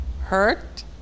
hurt